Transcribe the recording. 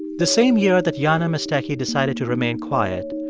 the same year that jana mestecky decided to remain quiet,